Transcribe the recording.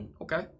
okay